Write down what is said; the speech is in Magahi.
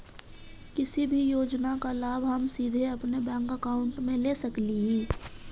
किसी भी योजना का लाभ हम सीधे अपने बैंक अकाउंट में ले सकली ही?